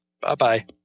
Bye-bye